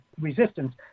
resistance